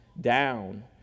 down